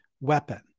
weapon